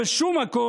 ובשום מקום,